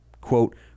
quote